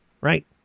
Right